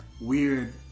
weird